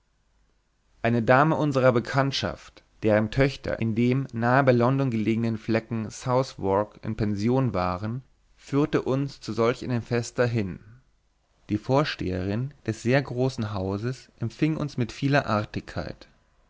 eine dame unserer bekanntschaft deren töchter in dem nahe bei london gelegenen flecken southwark in pension waren führte uns zu solch einem fest dahin die vorsteherin des sehr großen hauses empfing uns mit vieler artigkeit